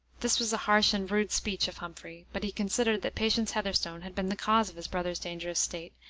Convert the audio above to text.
this was a harsh and rude speech of humphrey but he considered that patience heatherstone had been the cause of his brother's dangerous state,